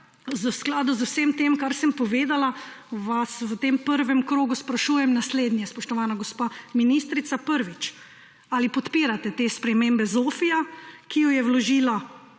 V skladu z vsem tem, kar sem povedala, vas v tem prvem krogu sprašujem naslednje, spoštovana gospa ministrica: Prvič, ali podpirate to spremembo ZOFVI, ki jo je vložila